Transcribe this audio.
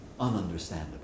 ununderstandable